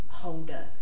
holder